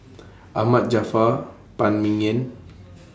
Ahmad Jaafar Phan Ming Yen